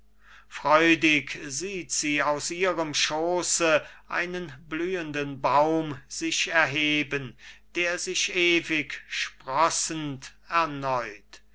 freudig sieht sie aus ihrem schooße einen blühenden baum sich erheben der sich ewig sprossend erneut